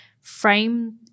frame